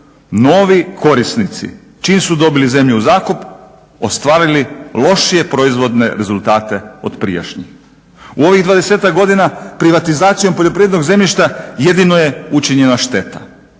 novi korisnici čim su dobili zemlju u zakup ostvarili lošije proizvodne rezultate od prijašnjih. U ovih 20 godina privatizacijom poljoprivrednog zemljišta jedino je učinjena šteta.